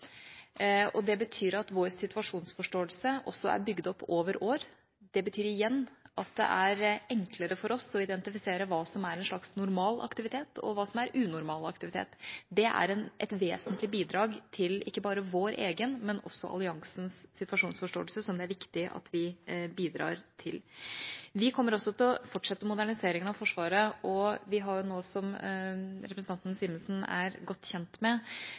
normaltilstand. Det betyr at vår situasjonsforståelse også er bygd opp over år, og det betyr igjen at det er enklere for oss å identifisere hva som er en slags normal aktivitet, og hva som er unormal aktivitet. Det er et vesentlig bidrag til ikke bare vår egen, men også alliansens situasjonsforståelse, som det er viktig at vi bidrar til. Vi kommer også til å fortsette moderniseringen av Forsvaret. Vi har nå, som representanten Simensen er godt kjent med,